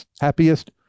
happiest